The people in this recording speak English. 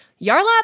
Yarlap